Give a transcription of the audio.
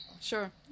sure